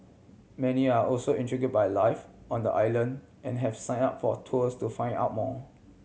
many are also intrigue by life on the island and have sign up for tours to find out more